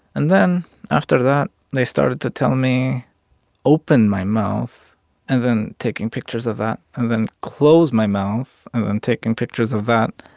and then after that, they started to tell me open my mouth and then taking pictures of that, and then close my mouth and then taking pictures of that,